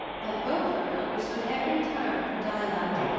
but beaufort understood every turn of her dialect,